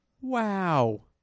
Wow